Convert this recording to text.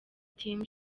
team